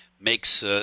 makes